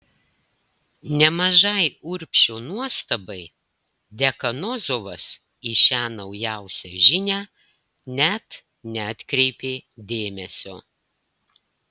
nemažai urbšio nuostabai dekanozovas į šią naujausią žinią net neatkreipė dėmesio